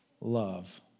love